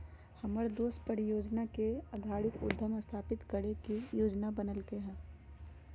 हमर दोस परिजोजना आधारित उद्यम स्थापित करे के जोजना बनलकै ह